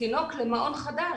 למעון חדש.